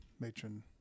matron